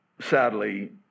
sadly